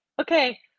okay